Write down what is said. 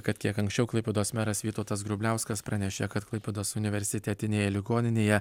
kad kiek anksčiau klaipėdos meras vytautas grubliauskas pranešė kad klaipėdos universitetinėje ligoninėje